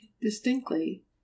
distinctly